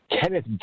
Kenneth